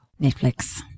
Netflix